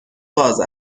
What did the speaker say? باز